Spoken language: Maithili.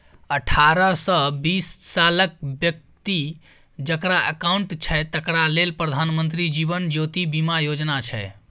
अठारहसँ बीस सालक बेकती जकरा अकाउंट छै तकरा लेल प्रधानमंत्री जीबन ज्योती बीमा योजना छै